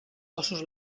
cossos